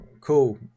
cool